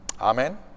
Amen